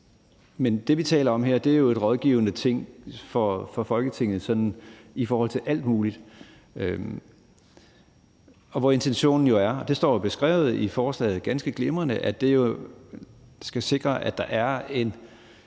Men det, vi taler om her, er jo et rådgivende ting for Folketinget i forhold til alt muligt. Det står jo beskrevet i forslaget ganske glimrende, at intentionen er, at det skal